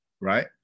right